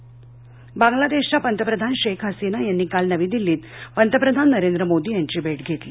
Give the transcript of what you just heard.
करार बंगलादेशच्या पंतप्रधान शेख हसीना यांनी काल नवी दिल्लीत पंतप्रधान नरेंद्र मोदी यांची भेट घेतली